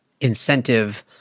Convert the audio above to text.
incentive